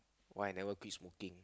why I never quit smoking